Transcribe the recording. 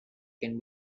can